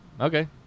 okay